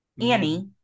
annie